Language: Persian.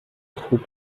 خوب